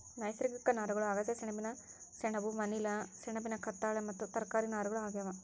ನೈಸರ್ಗಿಕ ನಾರುಗಳು ಅಗಸೆ ಸೆಣಬಿನ ಸೆಣಬು ಮನಿಲಾ ಸೆಣಬಿನ ಕತ್ತಾಳೆ ಮತ್ತು ತರಕಾರಿ ನಾರುಗಳು ಆಗ್ಯಾವ